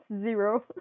zero